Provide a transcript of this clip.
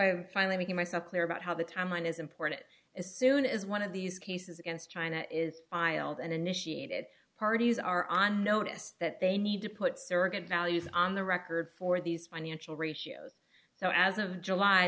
am finally making myself clear about how the timeline is important as soon as one of these cases against china is aisles and initiated parties are on notice that they need to put circuit values on the record for these financial ratios so as of july